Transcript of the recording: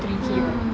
hmm